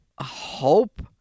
hope-